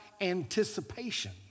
anticipation